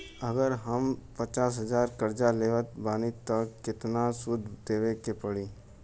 अगर हम पचास हज़ार कर्जा लेवत बानी त केतना सूद देवे के पड़ी?